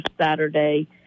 Saturday